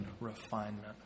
refinement